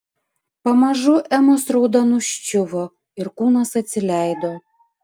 pamažu emos rauda nuščiuvo ir kūnas atsileido